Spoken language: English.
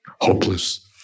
hopeless